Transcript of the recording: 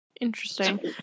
Interesting